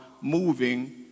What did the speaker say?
moving